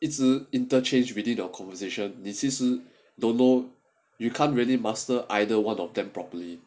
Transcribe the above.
一直 interchange between your conversation 你其实 don't know can't really master either one of them properly